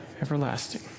Everlasting